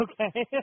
Okay